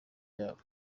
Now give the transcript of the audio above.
yabo